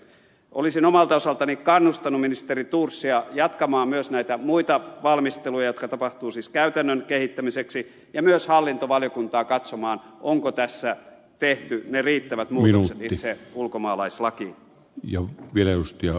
olisin omalta osaltani kannustanut ministeri thorsia jatkamaan myös näitä muita valmisteluja jotka tapahtuvat siis käytännön kehittämiseksi ja myös hallintovaliokuntaa katsomaan onko tässä tehty ne riittävät muutokset itse ulkomaalaislakiin